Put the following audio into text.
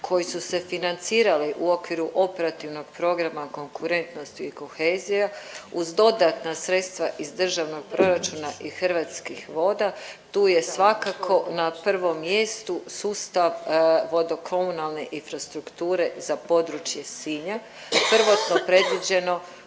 koji su se financirali u okviru operativnog programa konkurentnost i kohezija uz dodatna sredstva iz državnog proračuna i Hrvatskih voda. Tu je svakako na prvom mjestu sustav vodo-komunalne infrastrukture za područje Sinja